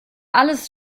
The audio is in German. alles